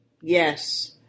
yes